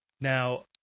now